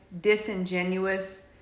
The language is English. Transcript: disingenuous